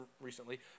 recently